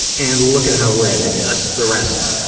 and look at how red it is, the rest.